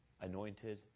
anointed